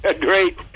Great